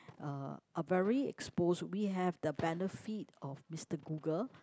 uh are very expose we have the benefit of Mister Google